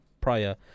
prior